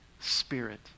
Spirit